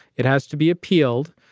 it has to be appealed.